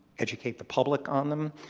educate the public on them.